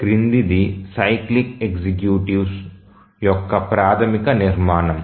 క్రిందిది cyclic executive యొక్క ప్రాథమిక నిర్మాణం